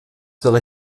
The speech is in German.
wäre